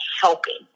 helping